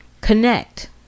Connect